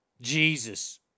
Jesus